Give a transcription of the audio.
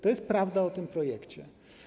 To jest prawda o tym projekcie.